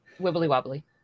wibbly-wobbly